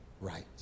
right